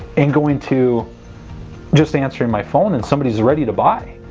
and going to just answering my phone and somebody's ready to buy.